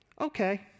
Okay